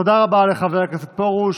תודה רבה לחבר הכנסת פרוש.